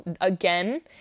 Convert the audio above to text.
again